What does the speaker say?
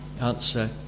answer